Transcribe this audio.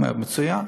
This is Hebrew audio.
הוא אומר: מצוין.